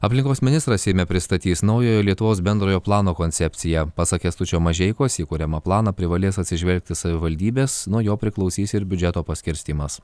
aplinkos ministras seime pristatys naujojo lietuvos bendrojo plano koncepciją pasak kęstučio mažeikos į kuriamą planą privalės atsižvelgti savivaldybės nuo jo priklausys ir biudžeto paskirstymas